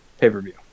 pay-per-view